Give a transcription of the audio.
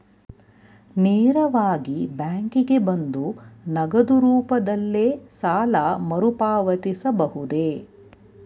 ನೇರವಾಗಿ ಬ್ಯಾಂಕಿಗೆ ಬಂದು ನಗದು ರೂಪದಲ್ಲೇ ಸಾಲ ಮರುಪಾವತಿಸಬಹುದೇ?